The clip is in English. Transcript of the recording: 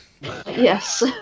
Yes